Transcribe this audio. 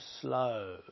slow